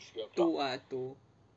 two ah two